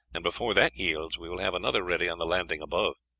and before that yields we will have another ready on the landing above.